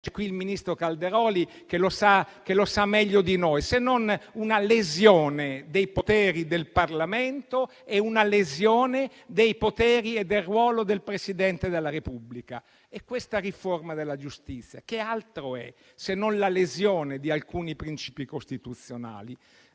c'è qui il ministro Calderoli, che lo sa meglio di noi - se non una lesione dei poteri del Parlamento e dei poteri e del ruolo del Presidente della Repubblica? Questa riforma della giustizia che altro è, se non la lesione di alcuni principi costituzionali?